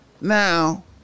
Now